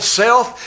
self